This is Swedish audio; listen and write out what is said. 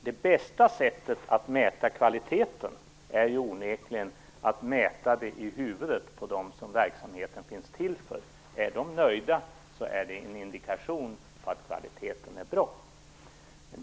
Det bästa sättet att mäta kvaliteten är onekligen att mäta det i huvudet på dem som verksamheten finns till för. Är de nöjda är det en indikation på att kvaliteten är bra.